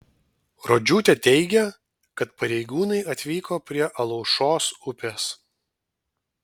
rodžiūtė teigia kad pareigūnai atvyko prie alaušos upės